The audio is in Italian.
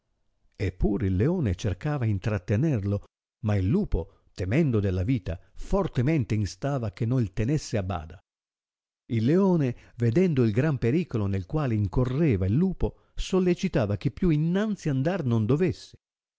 pur il leone cercava intrattenerlo ma il lupo temendo della vita fortemente instava che noi tenesse a bada il leone vedendo il gran pericolo nel quale incorreva il lupo sollecitava che più innanzi andar non dovesse